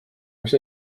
mis